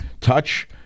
touch